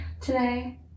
today